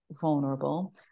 vulnerable